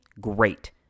Great